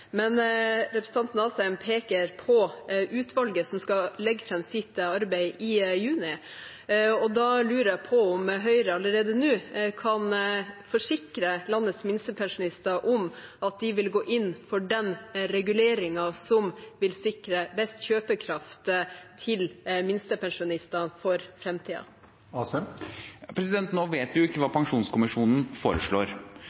Representanten Asheim peker på utvalget som skal legge fram sitt arbeid i juni, og da lurer jeg på om Høyre allerede nå kan forsikre landets minstepensjonister om at de vil gå inn for den reguleringen som vil sikre best kjøpekraft til minstepensjonister for framtiden. Nå vet vi jo ikke hva